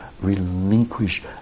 relinquish